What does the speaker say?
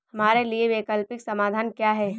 हमारे लिए वैकल्पिक समाधान क्या है?